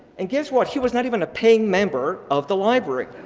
and guess what, he was not even a paying member of the library.